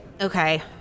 Okay